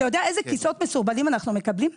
אתה יודע איזה כיסאות מסורבלים אנחנו מקבלים?